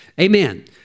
Amen